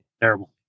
terrible